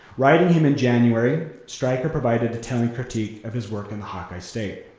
writing him in january, stryker provided a telling critique of his work in the hawkeye state.